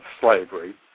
slavery